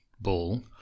ball